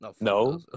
no